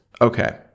okay